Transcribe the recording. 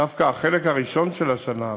דווקא בחלק הראשון של השנה,